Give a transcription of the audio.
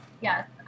Yes